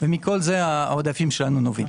מכל זה העודפים שלנו נובעים.